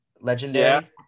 Legendary